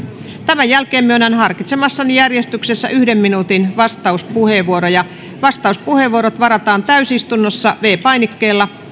tämän jälkeen myönnän harkitsemassani järjestyksessä yhden minuutin vastauspuheenvuoroja vastauspuheenvuorot varataan täysistunnossa viidennellä painikkeella